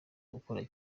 gukora